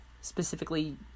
specifically